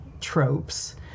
tropes